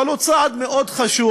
אבל זה צעד מאוד חשוב,